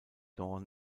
dawn